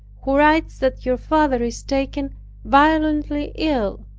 who writes that your father is taken violently ill.